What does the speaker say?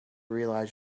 realize